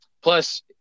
plus